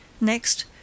Next